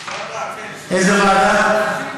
איזו ועדה?